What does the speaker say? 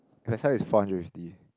Carousell is four hundred fifty